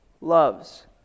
loves